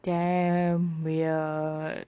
damn weird